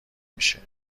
میشه